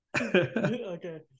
Okay